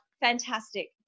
fantastic